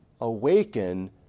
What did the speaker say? awaken